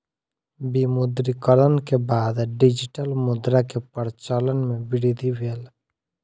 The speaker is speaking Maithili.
विमुद्रीकरण के बाद डिजिटल मुद्रा के प्रचलन मे वृद्धि भेल